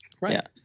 Right